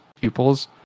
pupils